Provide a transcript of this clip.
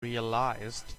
realized